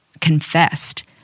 confessed